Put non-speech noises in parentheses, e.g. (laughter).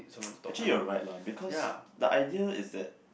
(noise) actually you are right lah because the idea is that